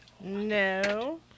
No